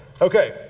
Okay